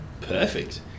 Perfect